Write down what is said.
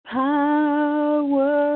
power